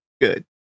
good